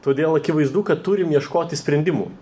todėl akivaizdu kad turim ieškoti sprendimų